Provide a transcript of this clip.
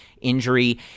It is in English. injury